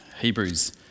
Hebrews